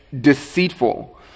deceitful